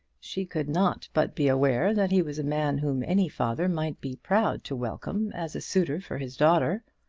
she could not but be aware that he was a man whom any father might be proud to welcome as a suitor for his daughter.